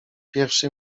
pierwszy